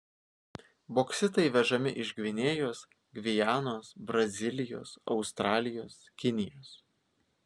boksitai vežami iš gvinėjos gvianos brazilijos australijos kinijos